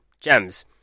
gems